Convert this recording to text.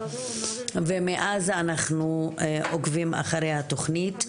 ומאז אנחנו עוקבים אחרי התכנית.